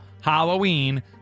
Halloween